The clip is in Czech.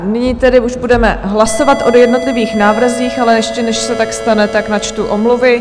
Nyní tedy už budeme hlasovat o jednotlivých návrzích, ale ještě než se tak stane, načtu omluvy.